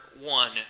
one